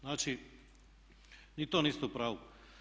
Znači, ni to niste u pravu.